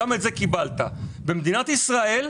במדינת ישראל,